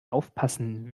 aufpassen